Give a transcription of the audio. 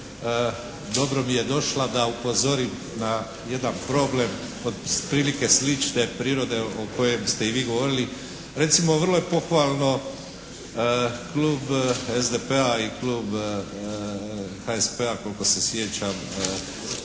dobro mi je došla da upozorim na jedan problem otprilike slične prirode o kojem ste i vi govorili. Recimo vrlo je pohvalno klub SDP-a i klub HSP-a koliko se sjećam